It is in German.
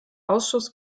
ausschuss